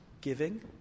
giving